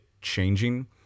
changing